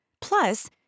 Plus